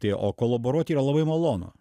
tai o kolaboruot yra labai malonu